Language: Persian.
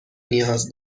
نیاز